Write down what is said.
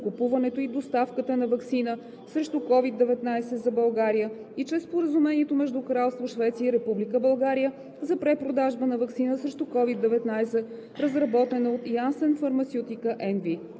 закупуването и доставката на ваксина срещу COVID-19 за България и чрез Споразумение между Кралство Швеция и Република България за препродажба на ваксина срещу COVID-19, разработена от Janssen